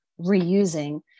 reusing